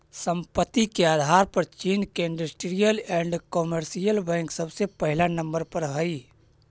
संपत्ति के आधार पर चीन के इन्डस्ट्रीअल एण्ड कमर्शियल बैंक सबसे पहिला नंबर पर हई